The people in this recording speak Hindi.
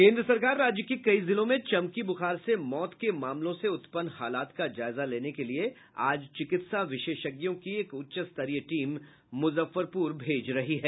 केन्द्र सरकार राज्य के कई जिलों में चमकी बुखार से मौत के मामलों से उत्पन्न हालात का जायजा लेने के लिए आज चिकित्सा विशेषज्ञों की एक उच्चस्तरीय टीम मूजफ्फरपूर भेज रही है